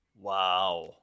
Wow